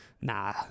nah